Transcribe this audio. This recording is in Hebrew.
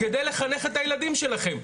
כדי לחנך את הילדים שלכם.